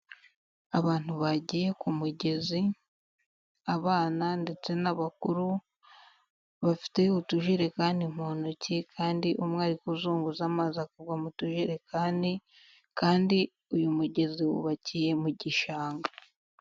Abantu bagiye ku mugezi, abana ndetse n'abakuru bafite utujurekani mu ntoki kandi umwe ari kuzunguza amazi akagwa mu tujerekani kandi uyu mugezi wubakiye mu gishanga.